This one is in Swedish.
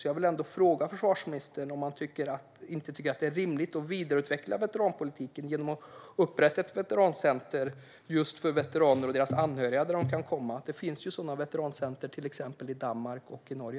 Jag vill därför fråga försvarsministern om han inte tycker att det är rimligt att vidareutveckla veteranpolitiken genom att inrätta ett veterancenter dit veteraner och deras anhöriga kan komma. Det finns ju sådana veterancenter i till exempel Danmark och Norge.